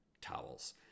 towels